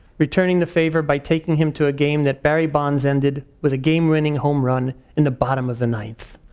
returning the favor by taking him to a game that barry bonds ended with a game winning home run in the bottom of the ninth.